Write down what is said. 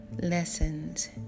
Lessons